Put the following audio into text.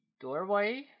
doorway